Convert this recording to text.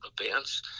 events